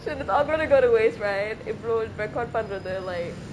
so it's all going to go to waste right இவ்ளோ:ivlo record பண்றது:panrathu like